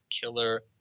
killer